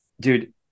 Dude